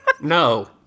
No